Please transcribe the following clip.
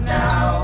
now